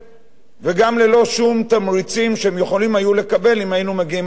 וגם ללא שום תמריצים שהם היו יכולים לקבל אם היינו מגיעים להסדרים האלה,